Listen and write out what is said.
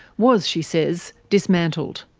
was, she says, dismantled.